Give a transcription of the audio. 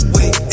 Wait